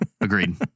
agreed